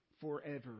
forever